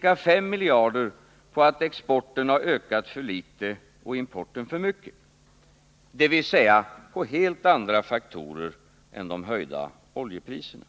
ca 5 miljarder på att exporten ökat för litet och importen för mycket, dvs. på helt andra faktorer än oljeprishöjningarna.